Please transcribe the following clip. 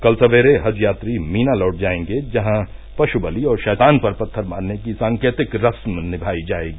कल सवेरे हज यात्री मीना लौट जाएंगे जहां पशु बलि और शैतान पर पत्थर मारने की सांकेतिक रस्म निभाई जाएगी